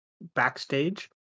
backstage